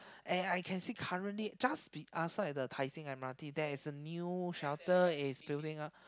and I can see currently just be outside the Tai-Seng m_r_t there is a new shelter is building up